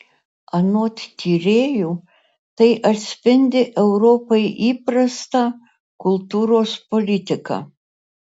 anot tyrėjų tai atspindi europai įprastą kultūros politiką